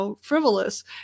frivolous